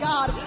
God